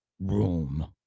room